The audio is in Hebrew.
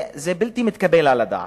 זה בלתי מתקבל על הדעת,